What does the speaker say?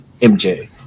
MJ